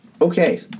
Okay